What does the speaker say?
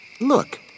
Look